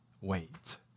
wait